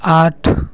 आठ